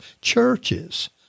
churches